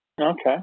Okay